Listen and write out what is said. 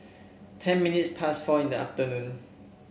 ten minutes past four in the afternoon